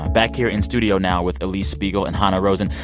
back here in studio now with alix spiegel and hanna rosin.